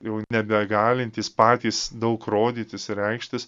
jau nebegalintys patys daug rodytis reikštis